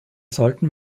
sollten